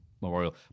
Memorial